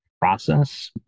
process